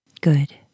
Good